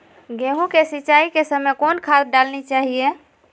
गेंहू के सिंचाई के समय कौन खाद डालनी चाइये?